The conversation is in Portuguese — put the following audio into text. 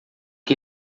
que